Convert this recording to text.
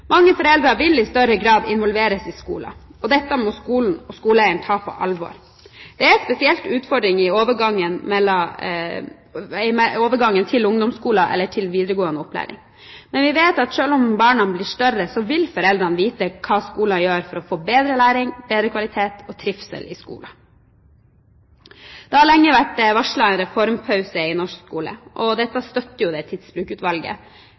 Mange foreldre vil i større grad involvere seg i skolen. Dette må skolen og skoleeieren ta på alvor. Det er spesielt utfordringer i overgangen til ungdomsskolen eller videregående opplæring, men vi vet at selv om barna blir større, vil foreldrene vite hva skolen gjør for å få bedre læring, bedre kvalitet og trivsel i skolen. Det har lenge vært varslet en reformpause i norsk skole. Dette støtter Tidsbrukutvalget, og det er noe også Arbeiderpartiet er enig i. Det